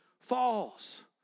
falls